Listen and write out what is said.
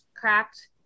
cracked